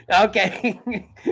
Okay